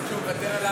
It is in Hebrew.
לא.